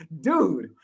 Dude